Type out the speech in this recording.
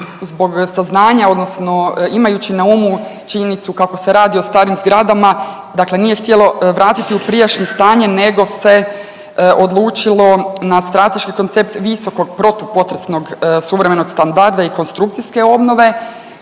zbog saznanja odnosno imajući na umu činjenicu kako se radi o starim zgradama, dakle nije htjelo vratiti u prijašnje stanje nego se odlučilo na strateški koncept visokog protupotresnog suvremenog standarda i konstrukcijske obnove